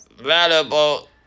valuable